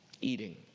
eating